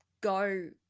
go